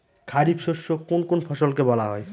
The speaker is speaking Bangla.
খারিফ শস্য কোন কোন ফসলকে বলা হয়?